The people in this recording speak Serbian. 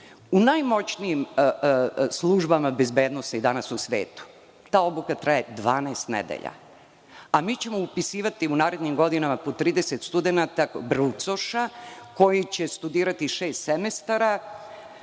najmoćnijim službama bezbednosti danas u svetu ta obuka traje 12 nedelja, a mi ćemo upisivati u narednim godinama po 30 studenata brucoša koji će studirati šest semestara.